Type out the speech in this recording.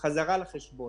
למעשה לכמעט כל הסיווגים,